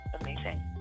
amazing